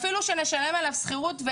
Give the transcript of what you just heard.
אפילו שנשלם עליו שכירות,